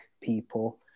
people